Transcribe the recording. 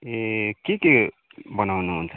ए के के बनाउनु हुन्छ